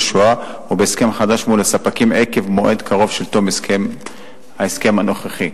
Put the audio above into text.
שואה ובהסכם חדש מול הספקים עקב המועד הקרוב של תום ההסכם הנוכחי.